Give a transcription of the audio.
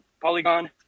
polygon